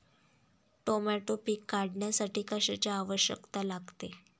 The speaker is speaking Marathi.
टोमॅटो पीक काढण्यासाठी कशाची आवश्यकता लागते?